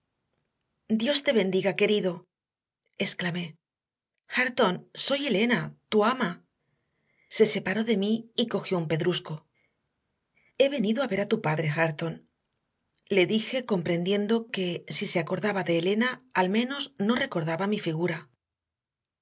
dios te bendiga querido exclamé hareton soy elena tu ama se separó de mí y cogió un pedrusco he venido a ver a tu padre hareton le dije comprendiendo que si se acordaba de elena al menos no recordaba mi figura